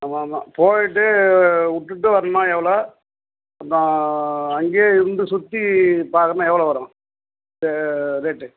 ஆமாம்மா போயிட்டு விட்டுட்டு வரணும் எவ்வளோ அப்புறம் அங்கேயே இருந்து சுற்றி பார்க்கணும்னா எவ்வளோ வரும் சே ரேட்டு